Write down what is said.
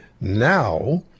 Now